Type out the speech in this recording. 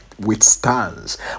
Withstands